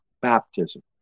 Baptism